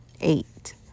Eight